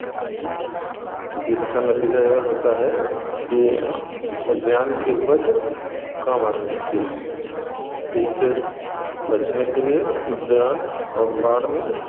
जिसका नतीजा यह होता है कि उद्यान की उपज कम आने लगती है इससे बचने के लिए व्यांत और बाड़ में